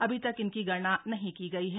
अभी तक इनकी गणना नहीं की गई है